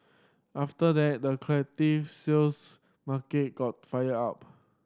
after that the collective sales market got fired up